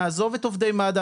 נעזוב את עובדי מד"א,